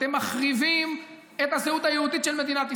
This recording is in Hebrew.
אתם מחריבים את הזהות היהודית של מדינת ישראל.